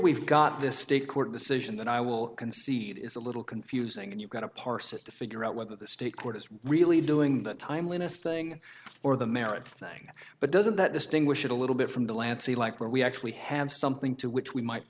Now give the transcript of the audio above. we've got this state court decision that i will concede is a little confusing and you've got to parse it to figure out whether the state court is really doing that timeliness thing or the merits thing but doesn't that distinguish it a little bit from de lancey like where we actually have something to which we might